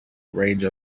range